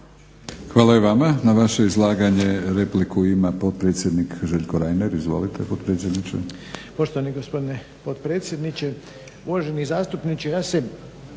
Hvala i vama. Na vaše izlaganje repliku ima potpredsjednik Željko Reiner. Izvolite potpredsjedniče.